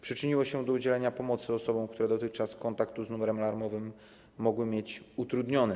Przyczyniło się do udzielania pomocy osobom, które dotychczas kontakt z numerem alarmowym mogły mieć utrudniony.